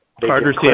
Carter